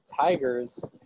Tigers